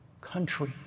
country